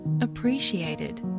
appreciated